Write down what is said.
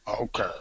Okay